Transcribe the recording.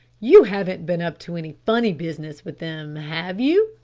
you haven't been up to any funny business with them, have you?